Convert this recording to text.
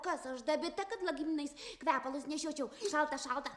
kas aš dabita kad lagaminais kvepalus nešiočiau šalta šalta